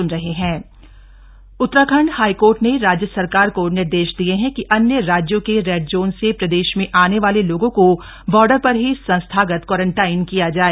Uttarakhand high court Uttarakhand high court ने राज्य सरकार को निर्देश दिए हैं कि अन्य राज्यों के रेड जोन से प्रदेश में आने वाले लोगों को बॉर्डर पर ही संस्थागत क्वारंटाइन किया जाए